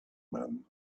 man